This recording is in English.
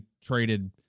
traded